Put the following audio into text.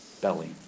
belly